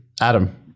Adam